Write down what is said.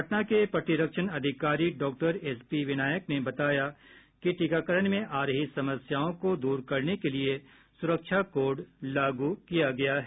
पटना के प्रतिरक्षण अधिकारी डॉक्टर एस पी विनायक ने बताया कि टीकाकरण में आ रही समस्याओं को दूर करने के लिए सुरक्षा कोड लागू किया गया है